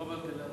רוברט אילטוב.